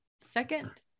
second